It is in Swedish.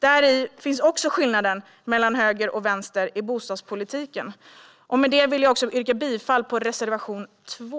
Däri finns också skillnaden mellan höger och vänster i bostadspolitiken. Med det vill jag yrka bifall till reservation 2.